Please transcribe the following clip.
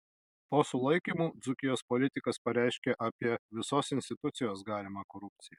po sulaikymų dzūkijos politikas pareiškia apie visos institucijos galimą korupciją